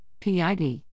PID